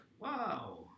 wow